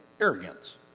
arrogance